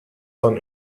von